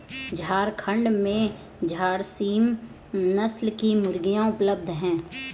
झारखण्ड में झारसीम नस्ल की मुर्गियाँ उपलब्ध है